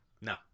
No